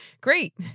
great